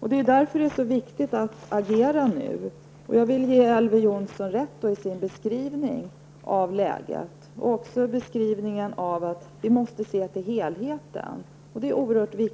Det är därför som det är så viktigt att agera nu. Jag ger Elver Jonsson rätt i hans beskrivning av läget. Jag instämmer också i hans uppfattning att vi måste se till helheten. Till helheten hör att vi